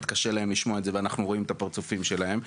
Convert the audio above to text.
קשה להם לשמוע את זה ואנחנו רואים את הפרצופים שלהם,